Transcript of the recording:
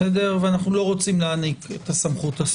ואנחנו לא רוצים להעניק את הסמכת,